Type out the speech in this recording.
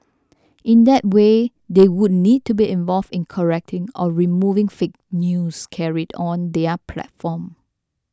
in that way they would need to be involved in correcting or removing fake news carried on their platform